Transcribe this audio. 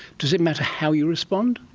does it matter how you respond?